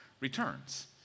returns